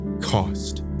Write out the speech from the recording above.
cost